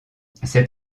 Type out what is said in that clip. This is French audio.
ses